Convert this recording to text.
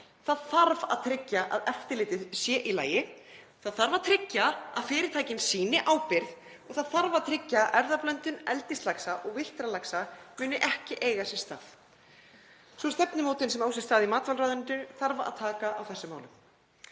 Það þarf að tryggja að eftirlitið sé í lagi. Það þarf að tryggja að fyrirtækin sýni ábyrgð og það þarf að tryggja að erfðablöndun eldislaxa og villtra laxa muni ekki eiga sér stað. Sú stefnumótun sem á sér stað í matvælaráðuneytinu þarf að taka á þessum málum